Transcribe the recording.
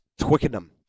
Twickenham